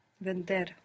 Vender